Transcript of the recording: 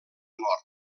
mort